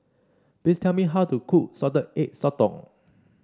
please tell me how to cook Salted Egg Sotong